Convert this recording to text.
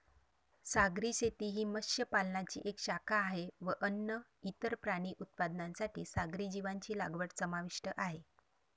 सागरी शेती ही मत्स्य पालनाची एक शाखा आहे व अन्न, इतर प्राणी उत्पादनांसाठी सागरी जीवांची लागवड समाविष्ट आहे